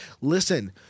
listen